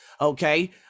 Okay